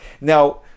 Now